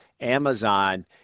amazon